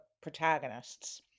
protagonists